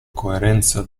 coerenza